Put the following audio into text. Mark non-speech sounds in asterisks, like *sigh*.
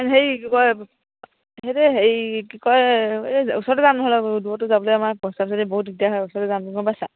হেৰি কি কয় *unintelligible* কি বুলি কয় হেৰি কি কয় এই ওচৰতে যাম নহ'লে দূৰতটো যাবলৈ আমাৰ পইচা *unintelligible* বহুত দিগদাৰ হয় ওচৰলৈ যাম গম পাইছা